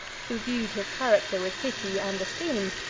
who viewed his character with pity and esteem,